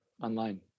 online